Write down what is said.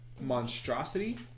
Monstrosity